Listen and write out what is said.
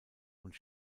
und